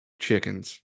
Chickens